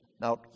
Now